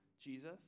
Jesus